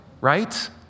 right